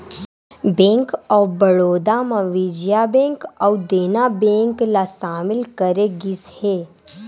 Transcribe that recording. bank of Baroda म Vijaya bank अउ Dena bank ल सामिल करे गिस हे